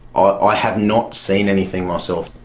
ah i have not seen anything myself.